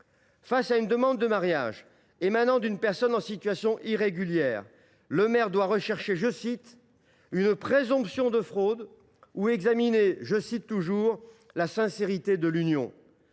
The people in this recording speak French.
face à une demande de mariage émanant d’une personne en situation irrégulière, le maire doit rechercher « une présomption de fraude », ou examiner « la sincérité de l’union